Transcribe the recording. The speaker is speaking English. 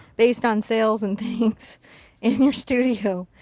based on sales and things in your studio.